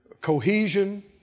cohesion